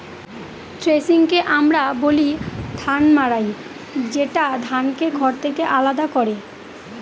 থ্রেশিংকে আমরা বলি ধান মাড়াই যেটা ধানকে খড় থেকে আলাদা করে